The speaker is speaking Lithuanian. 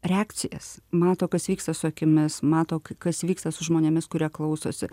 reakcijas mato kas vyksta su akimis mato k kas vyksta su žmonėmis kurie klausosi